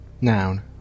noun